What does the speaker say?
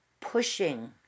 pushing